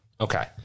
Okay